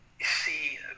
See